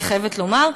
אני חייבת לומר.